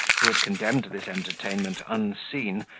who had condemned this entertainment unseen,